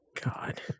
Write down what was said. God